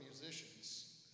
musicians